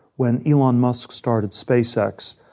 when elon musk started space x,